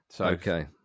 Okay